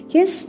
Yes